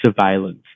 surveillance